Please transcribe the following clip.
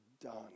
done